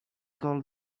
called